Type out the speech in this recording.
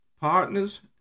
partners